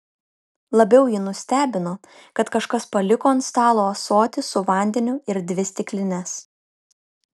labiau jį nustebino kad kažkas paliko ant stalo ąsotį su vandeniu ir dvi stiklines